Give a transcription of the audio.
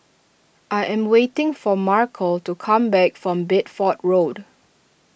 I am waiting for Markell to come back from Bedford Road